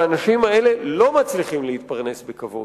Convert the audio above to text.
האנשים האלה לא מצליחים להתפרנס בכבוד,